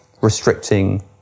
restricting